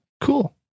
cool